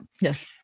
Yes